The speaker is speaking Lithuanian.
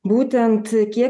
būtent kiek